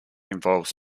involves